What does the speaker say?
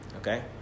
Okay